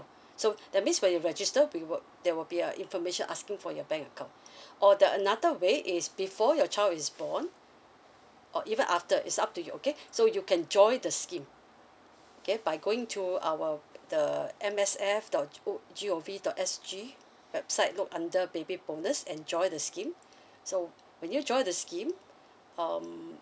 so that means when you register we'll there will be a information asking for your bank account or the another way is before your child is born or even after is up to you okay so you can join the scheme okay by going to our the M S F dot O G O V dot S G website look under baby bonus and join the scheme so when you join the scheme um